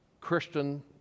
Christian